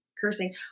cursing